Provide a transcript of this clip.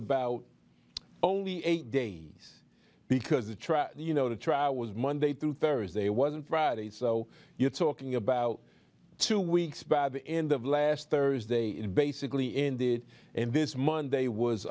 about only eight days because the trial you know the trial was monday through thursday wasn't friday so you're talking about two weeks by the end of last thursday and basically ended and this monday was